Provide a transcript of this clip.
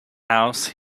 house